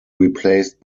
replaced